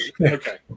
Okay